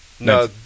No